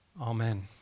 Amen